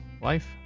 life